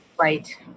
Right